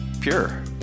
pure